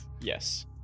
Yes